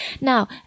Now